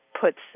puts